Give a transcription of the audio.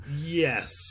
Yes